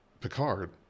Picard